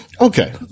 Okay